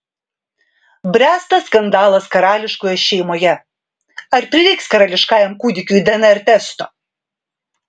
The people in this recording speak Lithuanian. bręsta skandalas karališkoje šeimoje ar prireiks karališkajam kūdikiui dnr testo